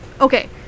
okay